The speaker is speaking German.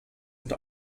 und